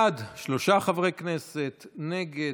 בעד, שלושה חברי כנסת, נגד,